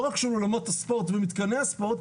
רק של אולמות הספורט ומתקני הספורט,